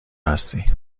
هستی